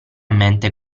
mente